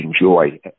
enjoy